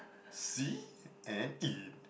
see and eat